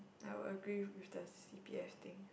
I would agree with the c_p_f thing